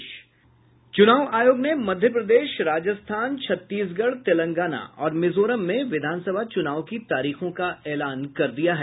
चुनाव आयोग ने मध्य प्रदेश राजस्थान छत्तीसगढ़ तेलंगाना और मिजोरम में विधानसभा चुनाव की तारीखों का ऐलान कर दिया है